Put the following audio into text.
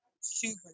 super